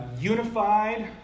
unified